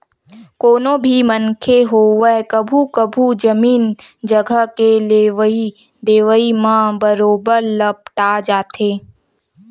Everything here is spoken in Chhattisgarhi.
कोनो भी मनखे होवय कभू कभू जमीन जघा के लेवई देवई म बरोबर लपटा जाथे